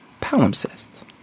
Palimpsest